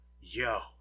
yo